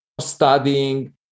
studying